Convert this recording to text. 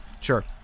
Sure